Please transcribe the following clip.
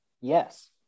Yes